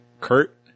Kurt